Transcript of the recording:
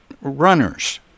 runners